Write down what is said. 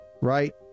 right